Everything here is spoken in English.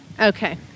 Okay